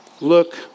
look